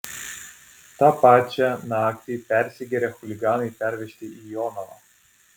tą pačią naktį persigėrę chuliganai pervežti į jonavą